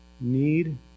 need